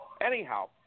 Anyhow